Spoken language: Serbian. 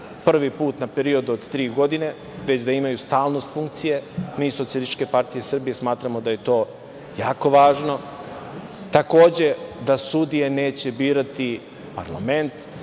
prvi put na period od tri godine, već da imaju stalnost funkcije. Mi iz SPS smatramo da je to jako važno. Takođe, da sudije neće birati parlament,